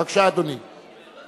בבקשה, אדוני.